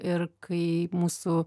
ir kai mūsų